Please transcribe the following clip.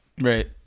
Right